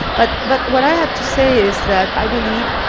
but but what i have to say is that i believe,